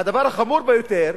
והדבר החמור ביותר,